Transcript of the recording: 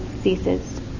ceases